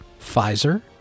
Pfizer